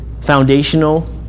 foundational